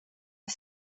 var